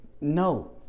no